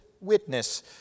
witness